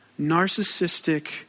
narcissistic